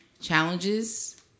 challenges